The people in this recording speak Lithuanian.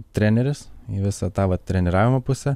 treneris visą tą vat treniravimo pusę